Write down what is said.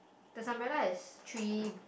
the umbrella has three